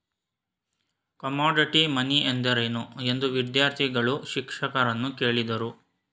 Commodity money ಎಂದರೇನು? ಎಂದು ವಿದ್ಯಾರ್ಥಿಗಳು ಶಿಕ್ಷಕರನ್ನು ಕೇಳಿದರು